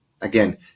again